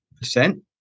percent